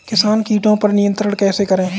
किसान कीटो पर नियंत्रण कैसे करें?